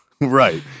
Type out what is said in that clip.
right